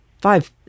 Five